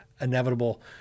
inevitable